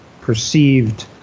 perceived